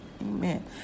Amen